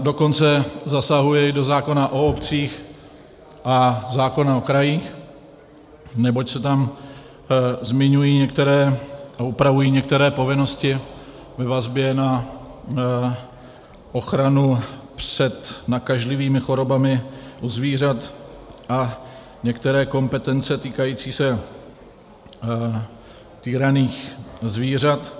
Dokonce zasahuje i do zákona o obcích a zákona o krajích, neboť se tam zmiňují některé, nebo upravují některé povinnosti ve vazbě na ochranu před nakažlivými chorobami zvířat a některé kompetence týkající se týraných zvířat.